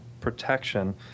protection